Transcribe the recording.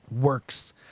works